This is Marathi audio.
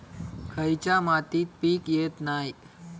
खयच्या मातीत पीक येत नाय?